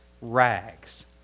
rags